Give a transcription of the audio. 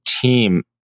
team